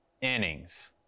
innings